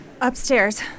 Upstairs